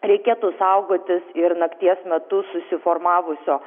reikėtų saugotis ir nakties metu susiformavusio